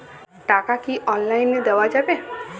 টাকা কি অনলাইনে দেওয়া যাবে?